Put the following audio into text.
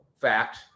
fact